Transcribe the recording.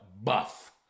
buff